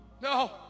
No